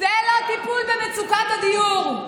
זה לא טיפול במצוקת הדיור.